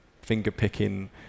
finger-picking